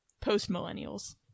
Post-Millennials